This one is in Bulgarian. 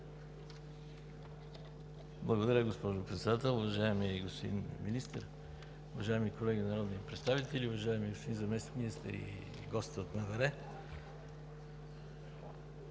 Благодаря Ви, госпожо Председател. Уважаеми господин Министър, уважаеми колеги народни представители, уважаеми господин Заместник-министър и гости от МВР!